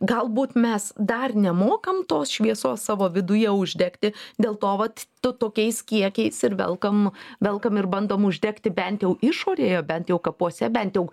galbūt mes dar nemokam tos šviesos savo viduje uždegti dėl to vat tu tokiais kiekiais ir velkam velkam ir bandom uždegti bent jau išorėje bent jau kapuose bent jau